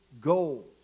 goals